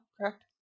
correct